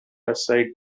aside